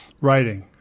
writing